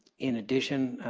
in addition,